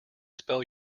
spell